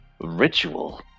ritual